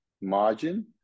margin